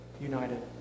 united